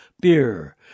beer